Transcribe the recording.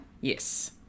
Yes